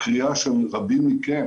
קריאה של רבים מכם